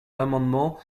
l’amendement